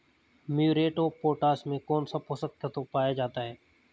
Muriate of potash में कौन सा पोषक तत्व पाया जाता है?